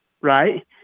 Right